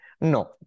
No